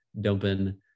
dumping